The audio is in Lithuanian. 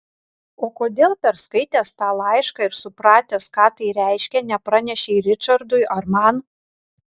o kodėl perskaitęs tą laišką ir supratęs ką tai reiškia nepranešei ričardui ar man